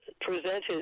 presented